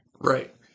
Right